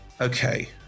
Okay